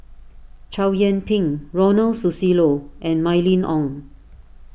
Chow Yian Ping Ronald Susilo and Mylene Ong